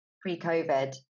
pre-COVID